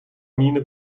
miene